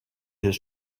his